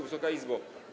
Wysoka Izbo!